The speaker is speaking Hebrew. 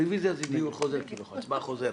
רביזיה זה דיון חוזר, הצבעה חוזרת.